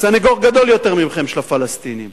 סניגור גדול יותר מכם של הפלסטינים.